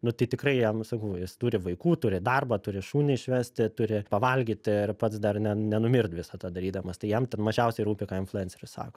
nu tai tikrai jam sakau jis turi vaikų turi darbą turi šunį išvesti turi pavalgyti ir pats dar ne nenumirt visą tą darydamas tai jam ten mažiausiai rūpi ką influenceris sako